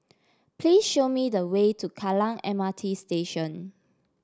please show me the way to Kallang M R T Station